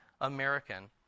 american